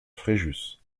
fréjus